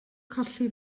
colli